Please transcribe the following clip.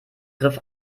griff